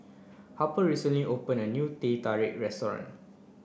Harper recently opened a new Teh Tarik restaurant